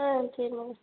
ஆ சரி மங்கை